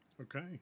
okay